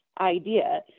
idea